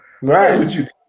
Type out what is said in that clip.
Right